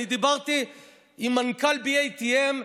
אני דיברתי עם מנכ"ל BATM,